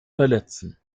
verletzen